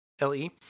L-E